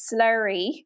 slurry